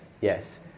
yes